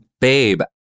Babe